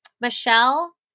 Michelle